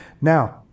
Now